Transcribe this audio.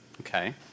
Okay